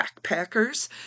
backpackers